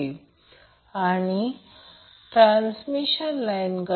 आणि येथे देखील a b आणि c सर्व वस्तुमान आहेत